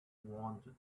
wanted